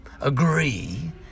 agree